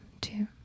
two